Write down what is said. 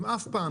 הם אף פעם,